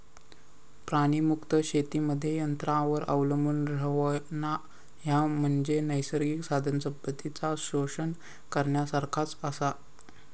प्राणीमुक्त शेतीमध्ये यंत्रांवर अवलंबून रव्हणा, ह्या म्हणजे नैसर्गिक साधनसंपत्तीचा शोषण करण्यासारखाच आसा